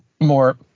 More